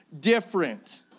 different